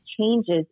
changes